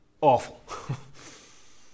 awful